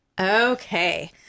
okay